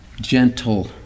Gentle